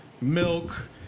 milk